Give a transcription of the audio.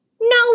No